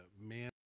man